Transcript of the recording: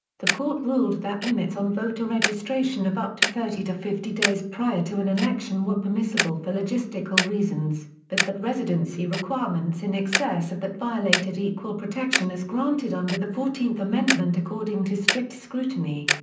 the court ruled that limits on voter registration of up to thirty to fifty days prior to an election were permissible for logistical reasons, but that residency requirements in excess of that violated equal protection as granted under the fourteenth amendment according to strict scrutiny.